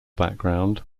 background